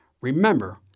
Remember